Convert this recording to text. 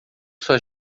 sua